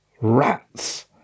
rats